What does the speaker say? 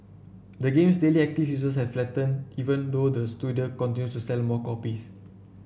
the game's daily active users has flattened even though the studio continues to sell more copies